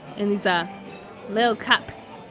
in these ah little cups.